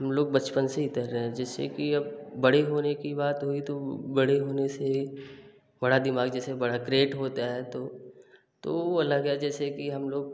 हम लोग बचपन से ही तैर रहे हैं जैसे कि अब बड़े होने की बात हुई तो बड़े होने से बड़ा दिमाग जैसे बड़ा ग्रेट होता है तो तो वो अलग है जैसे कि हम लोग